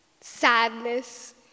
sadness